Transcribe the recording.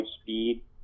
speed